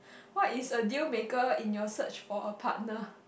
what is a deal maker in your search for a partner